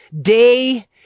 day